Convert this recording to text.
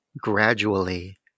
gradually